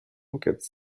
gets